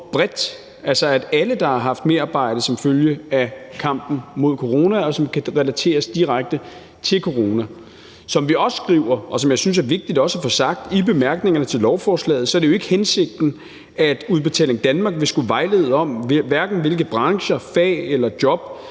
bredt, altså alle dem, der har haft merarbejde som følge af kampen mod corona, og som kan relatere det direkte til corona. Som vi også skriver i bemærkningerne til lovforslaget, og som jeg synes er vigtigt også at få sagt, er det jo ikke hensigten, at Udbetaling Danmark vil skulle vejlede om hverken, hvilke brancher, fag eller job